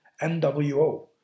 NWO